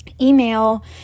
Email